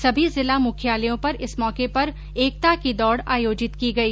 सभी जिला मुख्यालयों पर इस मौके पर एकता की दौड आयोजित की गई